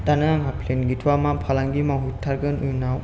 दानो आंहा फ्लेन गैथ'वा मा फालांगि मावहैथारगोन उनाव